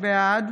בעד